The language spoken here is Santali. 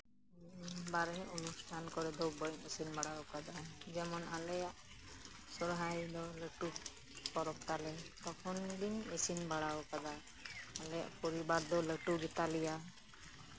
ᱵᱟᱦᱨᱮ ᱚᱱᱩᱥᱴᱷᱟᱱ ᱠᱚᱨᱮ ᱫᱚ ᱵᱟᱹᱧ ᱤᱥᱤᱱ ᱵᱟᱲᱟ ᱟᱠᱟᱫᱟ ᱡᱮᱢᱚᱱ ᱟᱞᱮᱭᱟᱜ ᱥᱚᱦᱨᱟᱭ ᱫᱚ ᱞᱟᱹᱴᱩ ᱯᱚᱨᱚᱵᱽ ᱛᱟᱞᱮ ᱛᱚᱠᱷᱚᱱ ᱜᱤᱧ ᱤᱥᱤᱱ ᱵᱟᱲᱟ ᱟᱠᱟᱫᱟ ᱟᱞᱮᱭᱟᱜ ᱯᱚᱨᱤᱵᱟᱨ ᱫᱚ ᱞᱟᱹᱴᱩ ᱜᱮᱛᱟᱞᱮᱭᱟ